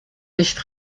nicht